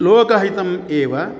लोकहितम् एव